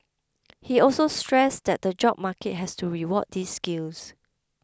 he also stressed that the job market has to reward these skills